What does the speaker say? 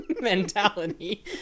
mentality